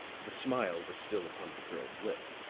the smile was still upon the girl's lip,